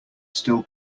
still